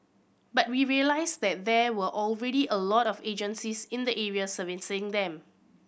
but we realised that there were already a lot of agencies in the area serving them